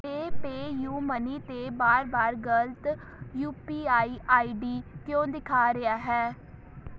ਇਹ PayU money 'ਤੇ ਬਾਰ ਬਾਰ ਗ਼ਲਤ U P I I D ਕਿਉਂ ਦਿਖਾ ਰਿਹਾ ਹੈ